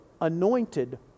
anointed